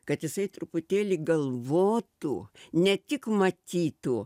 kad jisai truputėlį galvotų ne tik matytų